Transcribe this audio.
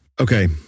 okay